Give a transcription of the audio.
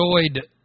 enjoyed